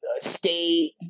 state